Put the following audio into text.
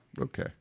Okay